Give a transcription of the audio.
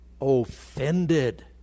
offended